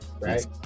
Right